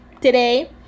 today